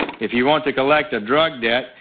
if you want to collect a drug debt,